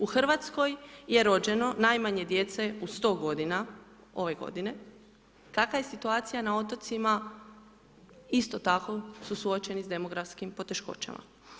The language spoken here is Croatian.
U Hrvatskoj je rođeno najmanje djece u 100 godina ove godine, kakva je situacija na otocima isto tako su suočeni s demografskim poteškoćama.